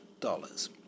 dollars